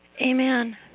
amen